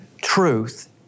truth